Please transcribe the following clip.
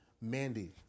Mandy